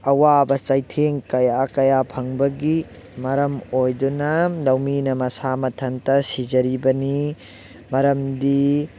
ꯑꯋꯥꯕ ꯆꯩꯊꯦꯡ ꯀꯌꯥ ꯀꯌꯥ ꯐꯪꯕꯒꯤ ꯃꯔꯝ ꯑꯣꯏꯗꯨꯅ ꯂꯧꯃꯤꯅ ꯃꯁꯥ ꯃꯊꯟꯇ ꯁꯤꯖꯔꯤꯕꯅꯤ ꯃꯔꯝꯗꯤ